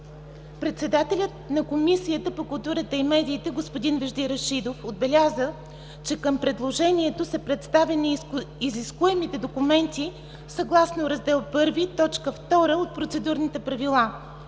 Председателят на Комисията по културата и медиите господин Вежди Рашидов отбеляза, че към предложението са представени изискуемите документи, съгласно Раздел І, т. 2 от Процедурните правила.